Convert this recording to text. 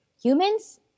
humans